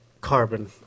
Carbon